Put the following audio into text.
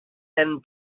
and